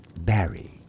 barry